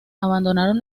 abandonaron